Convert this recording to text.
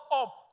up